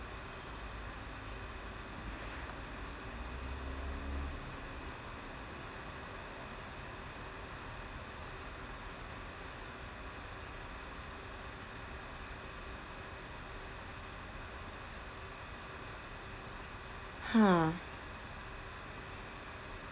ha